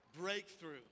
Breakthrough